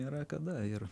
nėra kada ir